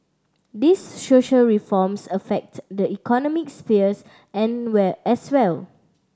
these social reforms affect the economic sphere and well as well